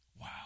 Wow